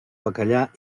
bacallà